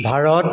Bharat